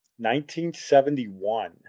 1971